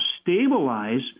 stabilize